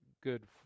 good